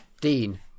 Dean